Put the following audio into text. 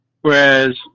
Whereas